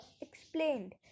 explained